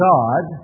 God